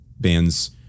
bands